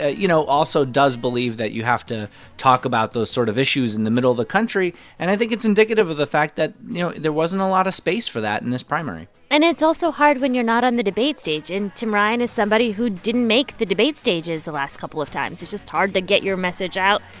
ah you know, also does believe that you have to talk about those sort of issues in the middle of the country. and i think it's indicative of the fact that, you know, there wasn't a lot of space for that in this primary and it's also hard when you're not on the debate stage. and tim ryan is somebody who didn't make the debate stages the last couple of times. it's just hard to get your message out,